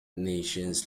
nations